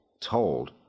told